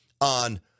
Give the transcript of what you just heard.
on